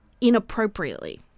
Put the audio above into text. inappropriately